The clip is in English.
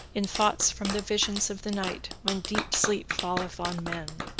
in thoughts from the visions of the night, when deep sleep falleth on men.